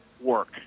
work